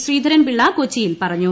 ശ്രീധരൻപിള്ള കൊച്ചിയിൽ പറഞ്ഞു